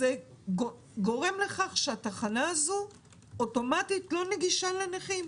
זה גורם לכך שהתחנה הזאת אוטומטית לא נגישה לנכים,